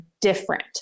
different